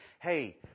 hey